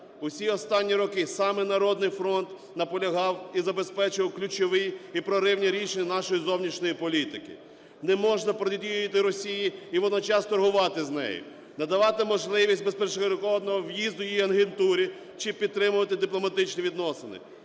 Усі останні роки саме "Народний фронт" наполягав і забезпечував ключові і проривні рішення нашої зовнішньої політики. Не можна протидіяти Росії і водночас торгувати з нею, надавати можливість безперешкодного в'їзду її агентурі чи підтримувати дипломатичні відносини.